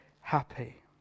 happy